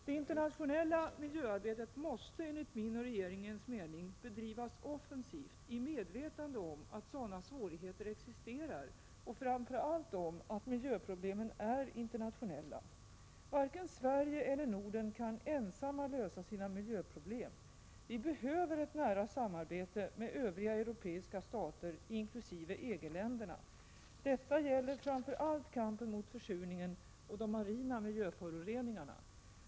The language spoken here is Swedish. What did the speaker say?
Det internationella miljöarbetet måste, enligt min och regeringens mening, bedrivas offensivt i medvetande om att sådana svårigheter existerar och framför allt om att miljöproblemen är internationella. Varken vi i Sverige eller Norden kan ensamma lösa våra miljöproblem. Vi behöver ett nära samarbete med övriga europeiska stater inkl. EG-länderna. Detta gäller framför allt kampen mot försurningen och de marina miljöföroreningarna.